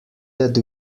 that